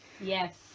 yes